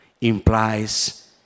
implies